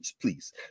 please